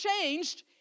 changed